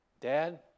dad